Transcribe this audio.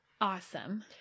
awesome